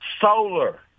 solar